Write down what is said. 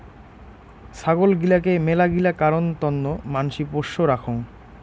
ছাগল গিলাকে মেলাগিলা কারণ তন্ন মানসি পোষ্য রাখঙ